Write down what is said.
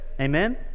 Amen